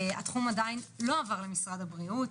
התחום עדיין לא עבר למשרד הבריאות.